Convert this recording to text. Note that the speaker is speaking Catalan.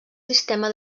sistema